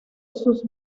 sus